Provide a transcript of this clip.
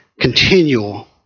Continual